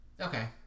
Okay